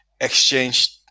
Exchange